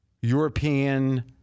European